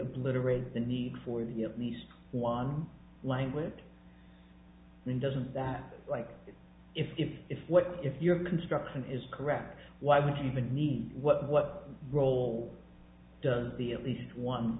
obliterated the need for the least one language then doesn't that like if if if what if your construction is correct why would you even need what what role does the at least one